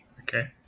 Okay